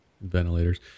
Ventilators